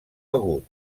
agut